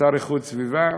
השר להגנת הסביבה,